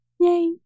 Yay